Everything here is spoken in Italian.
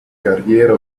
carriera